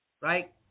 Right